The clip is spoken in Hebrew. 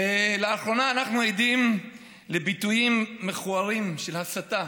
לאחרונה אנחנו עדים לביטויים מכוערים של הסתה